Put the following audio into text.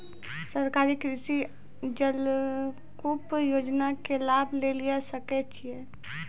सरकारी कृषि जलकूप योजना के लाभ लेली सकै छिए?